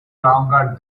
longer